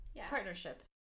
partnership